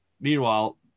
Meanwhile